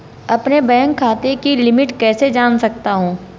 अपने बैंक खाते की लिमिट कैसे जान सकता हूं?